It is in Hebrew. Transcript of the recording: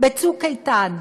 ב"צוק איתן".